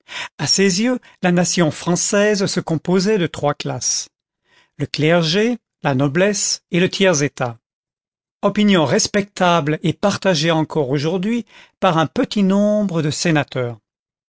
a ses yeux la nation franj caise se composait de trois classes le clergé la noblesse et le tiers état opinion respectable et partagée encore aujourd'hui par un petit nombre de sénateurs